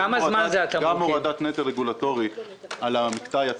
זה גם הורדת נטל רגולטורי על המקטע היצרני.